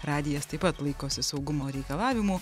radijas taip pat laikosi saugumo reikalavimų